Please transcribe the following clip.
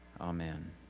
Amen